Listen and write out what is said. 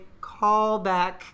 callback